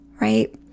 right